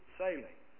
sailing